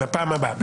לפעם הבאה.